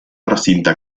recinte